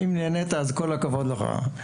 אם נהנית אז כל הכבוד לך.